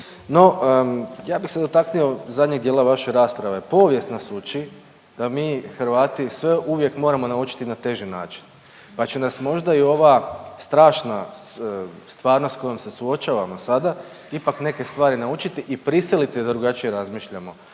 No, ja bih se dotaknuo zadnjeg dijela vaše rasprave. Povijest nas uči da mi Hrvati sve uvijek moramo naučiti na teži način, pa će nas možda i ova strašna stvarnost kojom se suočavamo sada ipak neke stvari naučiti i prisiliti da drugačije razmišljamo